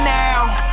now